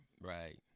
right